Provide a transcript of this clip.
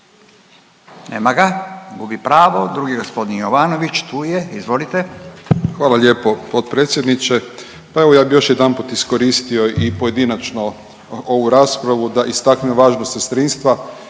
Nema ga, gubi pravo. Drugi g. Jovanović, tu je, izvolite. **Jovanović, Željko (SDP)** Hvala lijepo potpredsjedniče. Pa evo ja bi još jedanput iskoristio i pojedinačno ovu raspravu da istaknem važnost sestrinstva